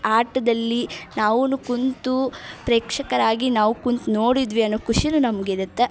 ಆಟದಲ್ಲಿ ನಾವೂ ಕೂತು ಪ್ರೇಕ್ಷಕರಾಗಿ ನಾವು ಕುಂತು ನೋಡಿದ್ವಿ ಅನ್ನೋ ಖುಷಿಯೂ ನಮ್ಗೆ ಇರುತ್ತೆ